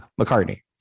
McCartney